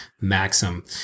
maxim